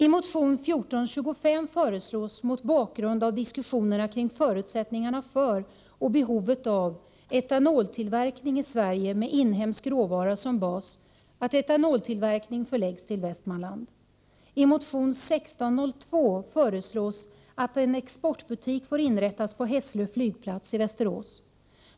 I motion 1602 föreslås att en exportbutik får inrättas på Hässlö flygplats i Västerås.